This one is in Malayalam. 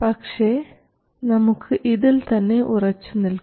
പക്ഷേ നമുക്ക് ഇതിൽ തന്നെ ഉറച്ചു നിൽക്കാം